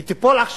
היא תיפול עכשיו,